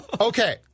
Okay